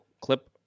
clip